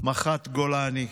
מח"ט גולני,